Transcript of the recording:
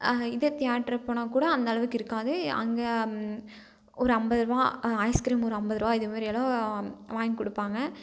இதே தேயேட்ருக்கு போனாக்கூட அந்தளவுக்கு இருக்காது அங்கே ஒரு ஐம்பது ரூபா ஐஸ்க்ரீம் ஒரு ஐம்பது ரூபா இதமாரியெல்லாம் வாங்கிக்கொடுப்பாங்க